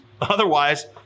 Otherwise